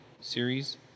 series